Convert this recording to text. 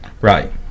Right